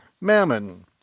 Mammon